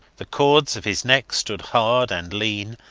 the cords of his neck stood hard and lean,